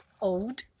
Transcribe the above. old